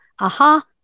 aha